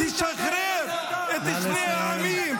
תשחרר את שני העמים.